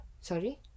Sorry